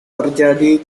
terjadi